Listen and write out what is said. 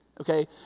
okay